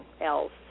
else